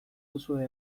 duzue